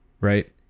right